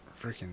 freaking